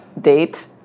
date